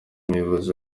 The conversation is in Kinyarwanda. muyobozi